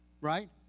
Right